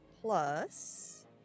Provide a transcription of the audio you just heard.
plus